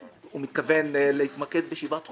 הוא מתכוון להתמקד בשבעה תחומים.